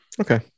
Okay